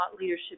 leadership